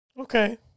Okay